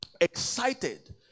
excited